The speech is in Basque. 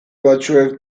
batzuek